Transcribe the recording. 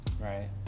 right